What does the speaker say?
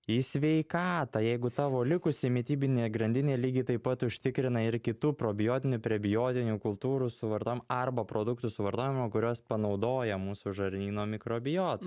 į sveikatą jeigu tavo likusi mitybinė grandinė lygiai taip pat užtikrina ir kitų probiotinių prebiotinių kultūrų suvartojimą arba produktų suvartojimą kuriuos panaudoja mūsų žarnyno mikrobiota